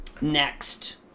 next